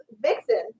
Vixen